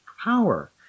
power